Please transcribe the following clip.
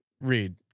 read